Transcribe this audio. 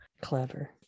clever